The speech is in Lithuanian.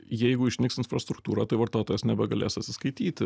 jeigu išnyks infrastruktūra tai vartotojas nebegalės atsiskaityti